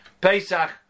Pesach